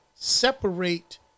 separate